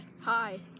Hi